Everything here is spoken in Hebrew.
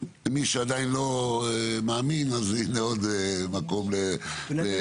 מי שעדיין לא מאמין, אז הנה עוד מקום למחשבה.